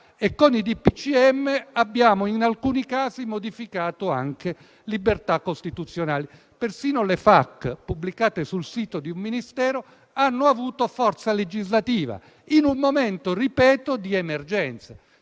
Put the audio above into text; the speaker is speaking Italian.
ministri abbiamo in alcuni casi inciso anche su libertà costituzionali. Perfino le FAQ pubblicate sul sito di un Ministero hanno avuto forza legislativa in un momento di emergenza.